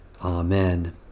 Amen